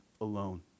alone